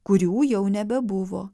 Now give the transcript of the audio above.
kurių jau nebebuvo